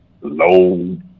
low